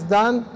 done